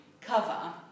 cover